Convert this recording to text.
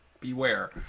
beware